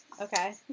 Okay